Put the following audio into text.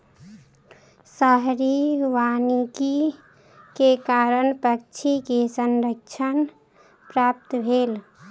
शहरी वानिकी के कारण पक्षी के संरक्षण प्राप्त भेल